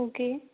okay